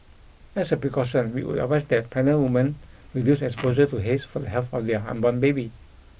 as a precaution we would advise that pregnant woman reduce exposure to haze for the health of their unborn baby